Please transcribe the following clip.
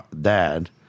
dad